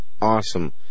Awesome